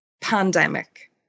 pandemic